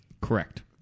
Correct